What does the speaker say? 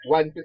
One